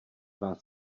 vás